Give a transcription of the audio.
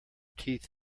teeth